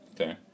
Okay